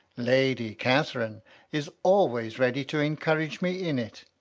lady catherine is always ready to encourage me in it,